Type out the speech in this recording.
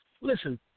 Listen